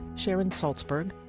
sharon salzberg,